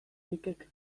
likek